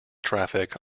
traffic